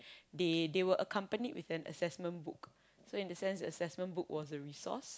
they they were accompanied with an assessment book so in the sense the assessment book was the resource